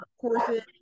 courses